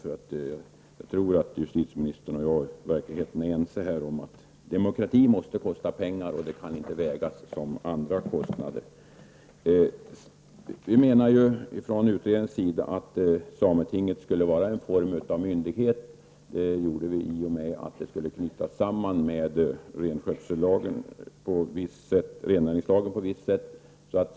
Jag tror att justitieministern och jag i verkligheten är överens om att demokrati måste kosta pengar. Sådana kostnader kan inte vägas som andra kostnader. Från utredningens sida menar vi att sametinget skulle vära en form av myndighet. Det skall knytas samman med renskötsellagen på visst sätt.